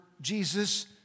Jesus